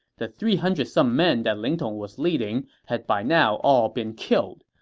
the three hundred some men that ling tong was leading had by now all been killed.